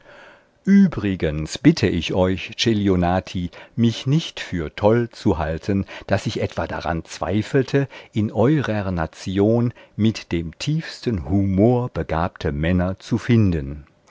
übrigens bitte ich euch celionati mich nicht für toll zu halten daß ich etwa daran zweifelte in eurer nation mit dem tiefsten humor begabte männer zu finden